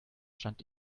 stand